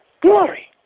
glory